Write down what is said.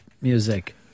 music